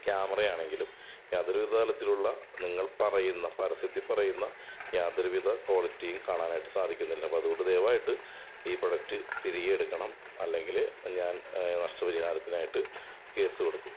ക്യാമറയാണെങ്കിലും യാതൊരു വിധ തരത്തിലുള്ള നിങ്ങൾ പറയുന്ന പരസ്യത്തിൽ പറയുന്ന യാതൊരു വിധ ക്വാളിറ്റിയും കാണാനായിട്ട് സാധിക്കുന്നില്ല അതുകൊണ്ട് ദയവായിട്ട് ഈ പ്രൊഡക്റ്റ് തിരികെ എടുക്കണം അല്ലങ്കിൽ ഞാൻ നഷ്ടപരിഹാരത്തിനായിട്ട് കേസ് കൊടുക്കും